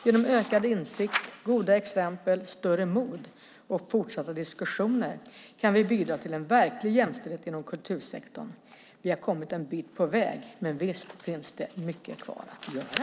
Genom ökad insikt, goda exempel, större mod och fortsatta diskussioner kan vi bidra till en verklig jämställdhet inom kultursektorn. Vi har kommit en bit på väg, men visst finns det mycket kvar att göra.